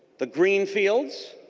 the green fields